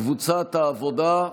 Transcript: קבוצת סיעת העבודה,